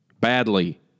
badly